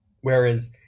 Whereas